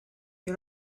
you